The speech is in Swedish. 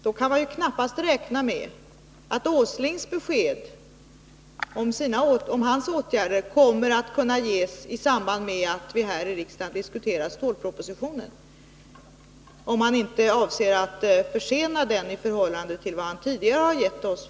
Då kan vi knappast räkna med att Nils Åsling kommer att ge besked om sina åtgärder i samband med att vi här i riksdagen diskuterar stålpropositionen, såvida han inte avser att försena den i förhållande till det besked han tidigare lämnat oss.